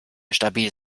stabil